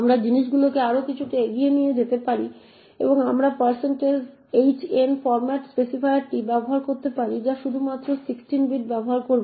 আমরা জিনিসগুলিকে আরও কিছুটা এগিয়ে নিতে পারি এবং আমরা এই hn ফর্ম্যাট স্পেসিফায়ারটি ব্যবহার করতে পারি যা শুধুমাত্র 16 বিট ব্যবহার করবে